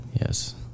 yes